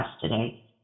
today